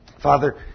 Father